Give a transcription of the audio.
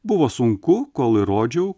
buvo sunku kol įrodžiau